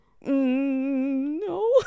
no